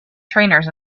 trainers